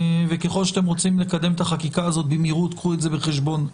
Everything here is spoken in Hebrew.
וככל שאתם רוצים לקדם את החקיקה הזאת במהירות קחו את זה בחשבון,